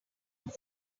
know